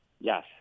yes